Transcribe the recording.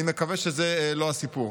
אני מקווה שזה לא הסיפור.